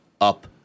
up